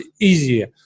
easier